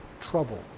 trouble